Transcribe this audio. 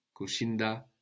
kushinda